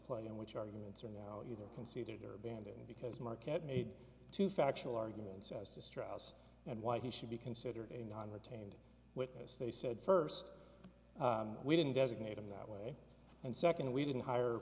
play and which arguments are now either conceded or abandoned because marquette made two factual arguments as to strauss and why he should be considered a non retained witness they said first we didn't designate him that way and second we didn't hire